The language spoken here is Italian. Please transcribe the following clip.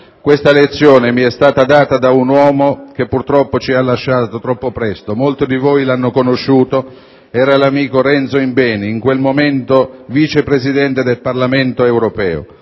Questa lezione mi è stata data da un uomo che purtroppo ci ha lasciato troppo presto. Molti di voi lo hanno conosciuto: era l'amico Renzo Imbeni, in quel momento vice presidente del Parlamento europeo.